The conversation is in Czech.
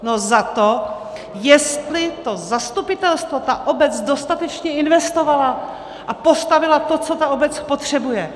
No za to, jestli to zastupitelstvo, ta obec dostatečně investovala a postavila to, co ta obec potřebuje.